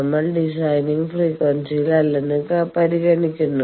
നമ്മൾ ഡിസൈനിംഗ് ഫ്രീക്വൻസിയിൽ അല്ലെന്ന് പരിഗണിക്കുന്നു